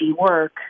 work